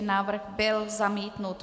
Návrh byl zamítnut.